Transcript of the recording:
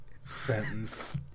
sentence